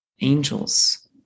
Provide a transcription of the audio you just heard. angels